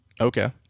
Okay